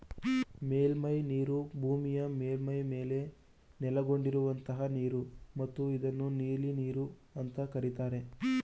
ಮೇಲ್ಮೈನೀರು ಭೂಮಿಯ ಮೇಲ್ಮೈ ಮೇಲೆ ನೆಲೆಗೊಂಡಿರುವಂತಹ ನೀರು ಮತ್ತು ಇದನ್ನು ನೀಲಿನೀರು ಅಂತ ಕರೀತಾರೆ